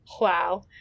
wow